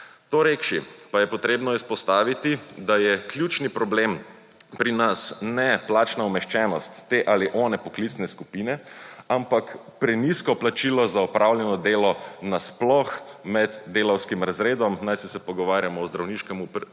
Torekši pa je potrebno izpostaviti, da je ključni problem pri nas ne plačna umeščenost te ali one poklicne skupine, ampak prenizko plačilo za opravljeno delo na sploh med delavskim razredom, naj se pogovarjamo o zdravniškemu